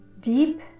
deep